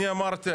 אני אמרתי,